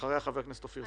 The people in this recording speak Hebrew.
ואחריה ח"כ אופיר סופר.